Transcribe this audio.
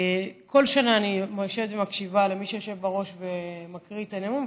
כל שנה אני יושבת ומקשיבה למי שיושב בראש ומקריא את הנאום,